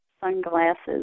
sunglasses